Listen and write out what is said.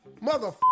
mother